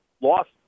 lost